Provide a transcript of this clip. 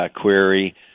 query